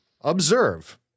observe